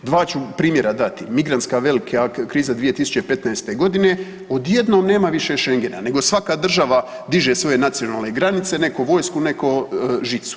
Dva ću primjera dati, migrantska velika kriza 2015.g. odjednom nema više Šengena nego svaka država diže svoje nacionalne granice, neko vojsku, neko žicu.